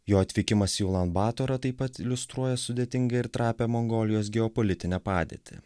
jo atvykimas į ulan batorą taip pat iliustruoja sudėtingą ir trapią mongolijos geopolitinę padėtį